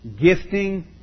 gifting